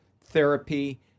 therapy